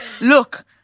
Look